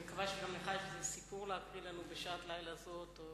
אני מקווה שגם לך יש איזה סיפור לקרוא לנו בשעת לילה זו.